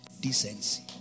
Decency